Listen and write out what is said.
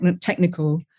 technical